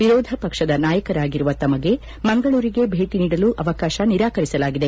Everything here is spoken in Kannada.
ವಿರೋಧ ಪಕ್ಷದ ನಾಯಕರಾಗಿರುವ ತಮಗೆ ಮಂಗಳೂರಿಗೆ ಭೇಟಿ ನೀಡಲು ಅವಕಾಶ ನಿರಾಕರಿಸಲಾಗಿದೆ